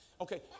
Okay